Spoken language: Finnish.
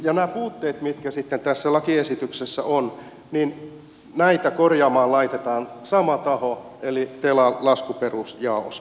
näitä puutteita mitä sitten tässä lakiesityksessä on korjaamaan laitetaan sama taho eli telan laskuperustejaos